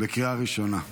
לקריאה ראשונה.